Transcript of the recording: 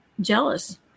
jealous